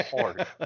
Hard